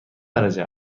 درجه